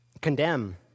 condemn